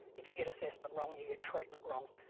if you get assessment wrong, you get treatment wrong,